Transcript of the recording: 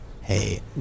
hey